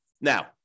Now